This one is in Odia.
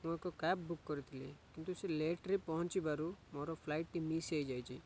ମୁଁ ଏକ କ୍ୟାବ୍ ବୁକ୍ କରିଥିଲି କିନ୍ତୁ ସେ ଲେଟ୍ରେ ପହଞ୍ଚିବାରୁ ମୋର ଫ୍ଲାଇଟ୍ଟି ମିସ୍ ହେଇଯାଇଛି